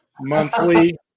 monthly